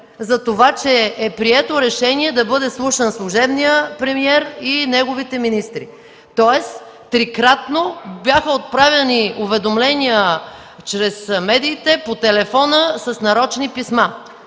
уведомен, че е прието решение да бъде изслушан служебният премиер и неговите министри. Тоест, трикратно бяха отправени уведомления чрез медиите, по телефона, с нарочни писма.